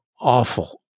awful